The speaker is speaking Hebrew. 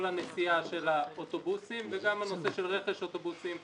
המיסָעָה של אוטובוסים וגם הנושא של רכש אוטובוסים,